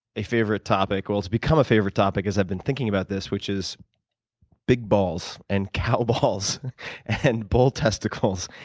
a favorite topic. well, it's become a favorite topic because i've been thinking about this, which is big balls and cow balls and bull testicles.